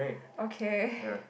okay